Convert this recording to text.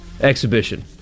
Exhibition